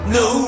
no